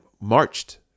marched